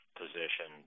position